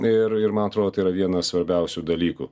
ir ir man atrodo yra vienas svarbiausių dalykų